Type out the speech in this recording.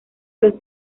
los